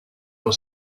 was